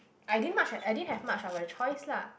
I didn't much I didn't have much of choice lah